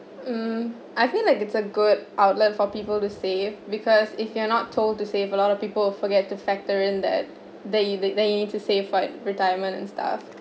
hmm I feel like it's a good outlet for people to save because if you are not told to save a lot of people will forget to factor in that that you that you need to save for your retirement and stuff